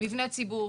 מבני ציבור,